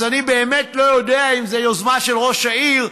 אז אני באמת לא יודע אם זה יוזמה של ראש העיר.